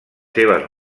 seves